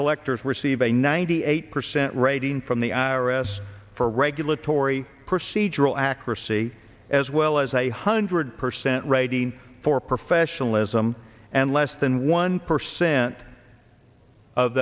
collectors receive a ninety eight percent rating from the i r s for regulatory procedural accuracy as well as a hundred percent rating for professionalism and less than one percent of